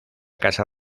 casa